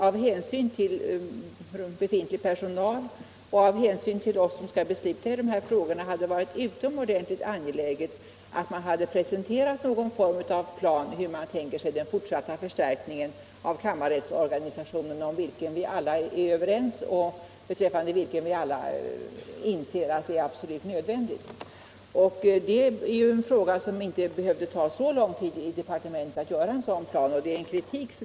Av hänsyn till befintlig personal och till oss som skall besluta i de här frågorna hade det varit utomordentligt angeläget att man presenterat någon form av plan för den fortsatta förstärkningen av kammarrätts 61 organisationen, som vi alla är överens om och inser nödvändigheten av. Att utarbeta en sådan plan behövde inte ta så lång tid i anspråk.